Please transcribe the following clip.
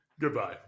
Goodbye